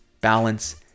balance